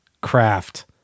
craft